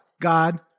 God